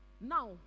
Now